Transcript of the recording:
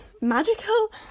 magical